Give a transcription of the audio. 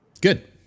Good